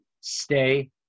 stay